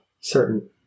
certain